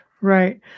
right